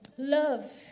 love